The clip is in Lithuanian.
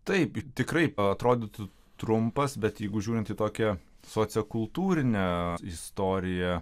taip tikrai atrodytų trumpas bet jeigu žiūrint į tokią sociokultūrinę istoriją